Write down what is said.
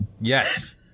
Yes